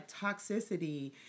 toxicity